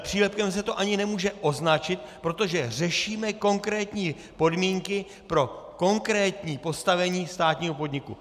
Přílepkem se to ani nemůže označit, protože řešíme konkrétní podmínky pro konkrétní postavení státního podniku.